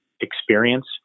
experience